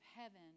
heaven